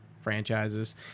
franchises